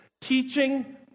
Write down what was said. teaching